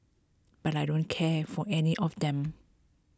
but I don't care for any of them